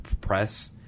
press